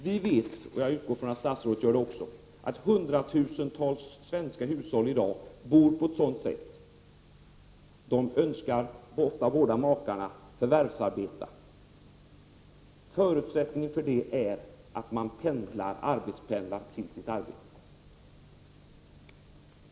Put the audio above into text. Vi vet — jag utgår ifrån att statsrådet gör det också — att i hundratusentals svenska hushåll önskar båda makarna förvärvsarbeta men att de bor på ett sådant sätt att förutsättningen för det är pendelresor till arbetet.